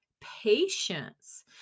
patience